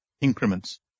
increments